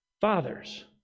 fathers